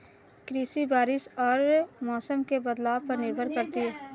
कृषि बारिश और मौसम के बदलाव पर निर्भर करती है